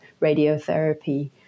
radiotherapy